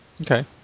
Okay